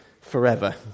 forever